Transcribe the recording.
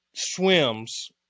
swims